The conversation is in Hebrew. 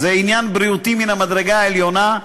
זה עניין בריאותי מן המדרגה העליונה,